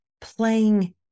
playing